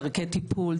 דרכי טיפול,